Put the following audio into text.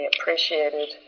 appreciated